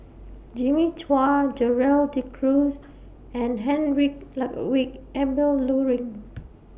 Jimmy Chua Gerald De Cruz and Heinrich Ludwig Emil Luering